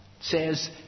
says